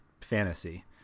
fantasy